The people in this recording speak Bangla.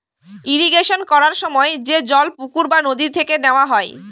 ইরিগেশন করার সময় যে জল পুকুর বা নদী থেকে নেওয়া হয়